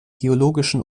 geologischen